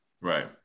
Right